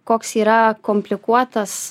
koks yra komplikuotas